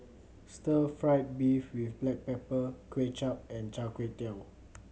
stir fried beef with black pepper Kuay Chap and Char Kway Teow